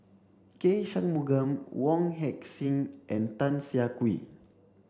K Shanmugam Wong Heck Sing and Tan Siah Kwee